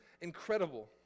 incredible